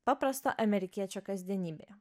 paprasto amerikiečio kasdienybėje